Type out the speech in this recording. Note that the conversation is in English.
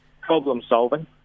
problem-solving